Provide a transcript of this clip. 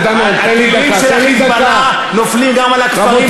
הטילים של ה"חיזבאללה" נופלים גם על הכפרים,